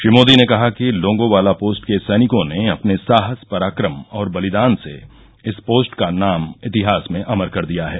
श्री मोदी ने कहा कि लोंगोवालापोस्ट के सैनिकों ने अपने साहस पराक्रम और बलिदान से इस पोस्ट का नाम इतिहास में अमर कर दिया है